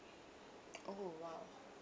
oh !wow!